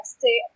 stay